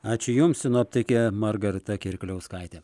ačiū jums sinoptikė margarita kirkliauskaitė